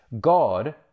God